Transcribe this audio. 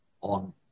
on